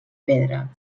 pedra